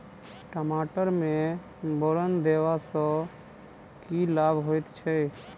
टमाटर मे बोरन देबा सँ की लाभ होइ छैय?